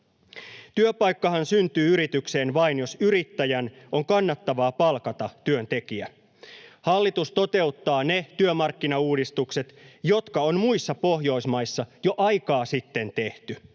Työpaikkahan syntyy yritykseen vain, jos yrittäjän on kannattavaa palkata työntekijä. Hallitus toteuttaa ne työmarkkinauudistukset, jotka on muissa Pohjoismaissa jo aikaa sitten tehty.